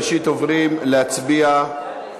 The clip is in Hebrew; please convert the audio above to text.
מתחילים בהצבעות.